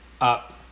up